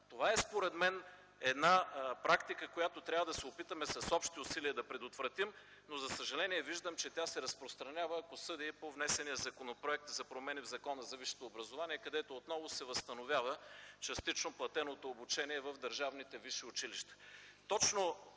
Това, според мен, е една практика, която трябва да се опитаме с общи усилия да предотвратим. Но, за съжаление, виждам, че тя се разпространява, ако съдя и по внесения законопроект за промени в Закона за висшето образование, където отново се възстановява частично платеното обучение в държавните висши училища.